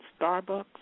Starbucks